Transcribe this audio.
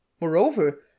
Moreover